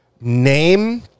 Name